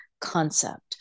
concept